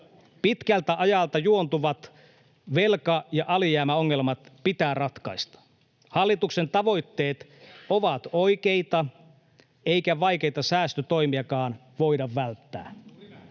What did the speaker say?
Pitkältä ajalta juontuvat velka- ja alijäämäongelmat pitää ratkaista. Hallituksen tavoitteet ovat oikeita, eikä vaikeita säästötoimiakaan voida välttää.